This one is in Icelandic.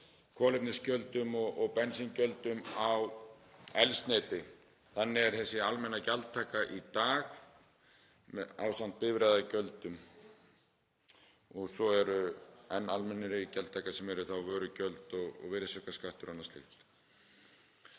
kolefnisgjöldum og bensíngjöldum á eldsneyti. Þannig er þessi almenna gjaldtaka í dag, ásamt bifreiðagjöldum. Svo er enn almennari gjaldtaka sem eru þá vörugjöld og virðisaukaskattur og annað slíkt.